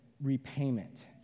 repayment